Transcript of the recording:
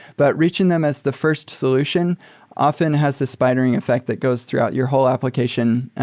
but reaching them as the first solution often has the spidering effect that goes throughout your whole application,